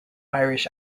irish